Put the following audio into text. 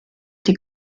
die